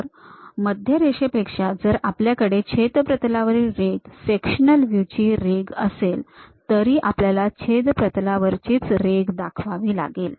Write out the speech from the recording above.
तर मध्य रेषेपेक्षा जर आपल्याकडे छेद प्रतलावरील रेघ सेक्शनल व्ह्यू ची रेघ असेल तरी आपल्याला छेद प्रतलावरीलच रेघ दाखवावी लागेल